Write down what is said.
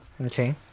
Okay